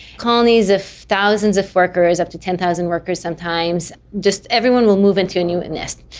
colonies of thousands of workers, up to ten thousand workers sometimes, just everyone will move into a new nest.